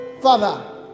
Father